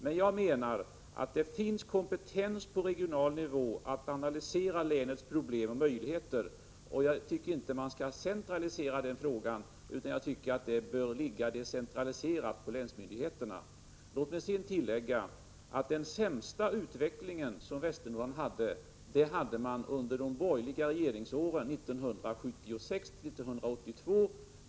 Men jag menar att det finns kompetens på regional nivå att analysera länets problem och möjligheter. Jag tycker inte att man skall centralisera den frågan utan att den bör ligga decentraliserat på länsmyndigheterna. Låt mig sedan tillägga att den sämsta utvecklingen för Västernorrlands del hade man under de borgerliga regeringsåren 1976-1982.